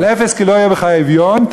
אבל אפס כי לא יחדל אביון מקרב הארץ,